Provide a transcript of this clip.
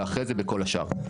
ואחרי זה בכל השאר,